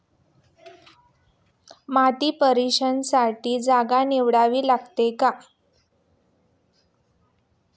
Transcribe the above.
माती परीक्षणासाठी जागा निवडावी लागते का?